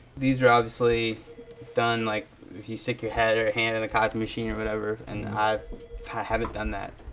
these are obviously done, like you stick your head or hand in the copy machine or whatever and i haven't done that.